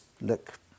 look